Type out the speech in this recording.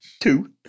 Two